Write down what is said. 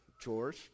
chores